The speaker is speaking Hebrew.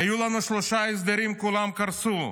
היו לנו שלושה הסדרים, כולם קרסו.